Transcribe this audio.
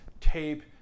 tape